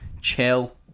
chill